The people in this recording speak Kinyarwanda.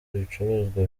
ibicuruzwa